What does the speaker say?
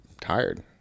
tired